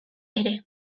ere